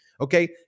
okay